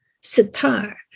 sitar